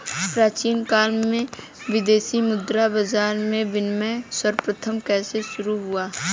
प्राचीन काल में विदेशी मुद्रा बाजार में विनिमय सर्वप्रथम कैसे शुरू हुआ?